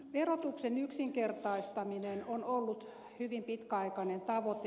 verotuksen yksinkertaistaminen on ollut hyvin pitkäaikainen tavoite